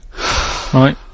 Right